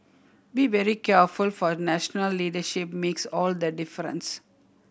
be very careful for national leadership makes all the difference